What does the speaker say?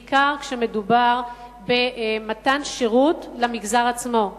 בעיקר כשמדובר במתן שירות למגזר עצמו.